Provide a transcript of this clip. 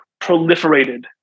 proliferated